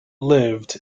lived